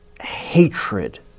hatred